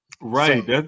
Right